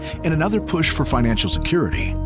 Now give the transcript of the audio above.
in another push for financial security,